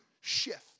shift